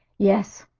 yes,